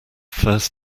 first